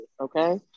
okay